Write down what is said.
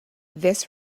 this